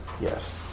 Yes